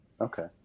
Okay